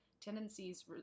tendencies